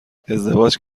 ازدواج